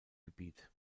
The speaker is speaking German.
gebiet